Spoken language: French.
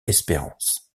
espérance